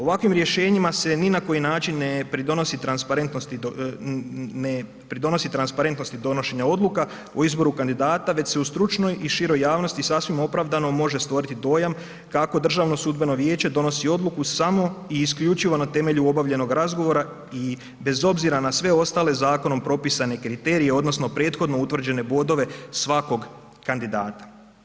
Ovakvim rješenjima se ni na koji način ne pridonosi transparentnosti donošenja odluka o izboru kandidata već se u stručnoj i široj javnosti sasvim opravdano može stvoriti dojam kako DSV donosi odluku samo i isključivo na temelju obavljenog razgovora i bez obzira na sve ostale zakonom propisane kriterije odnosno prethodno utvrđene bodove svakog kandidata.